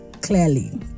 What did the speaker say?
clearly